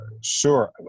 sure